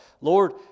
Lord